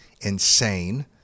insane